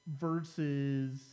versus